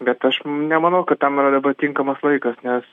bet aš nemanau kad tam yra dabar tinkamas laikas nes